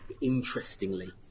interestingly